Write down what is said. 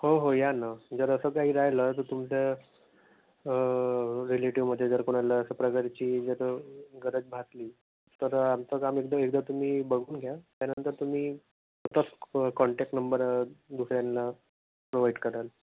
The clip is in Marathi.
हो हो या ना जर असं काही राहिलं तर तुमच्या रिलेटिवमध्ये जर कुणाला अशा प्रकारची जर गरज भासली तर आमचं काम एकदा एकदा तुम्ही बघून घ्या त्यानंतर तुम्ही तस्क कॉन्टॅक्ट नंबर दुसऱ्यांना प्रोव्हाइड कराल